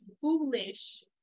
foolish